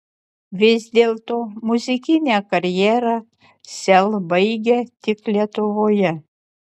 vis dėlto muzikinę karjerą sel baigia tik lietuvoje